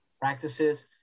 practices